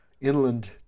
inland